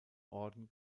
orden